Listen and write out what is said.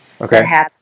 Okay